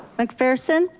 mcpherson?